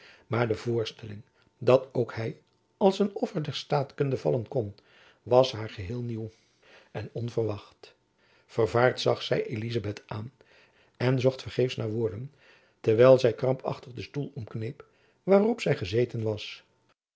maar de voorstelling dat ook hy als een offer der staatkunde vallen kon was haar geheel nieuw en onverwacht vervaard zag zy elizabeth aan en jacob van lennep elizabeth musch zocht vergeefs naar woorden terwijl zy krampachtig den stoel omkneep waarop zy gezeten was